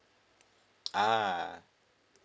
ah